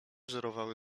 żerowały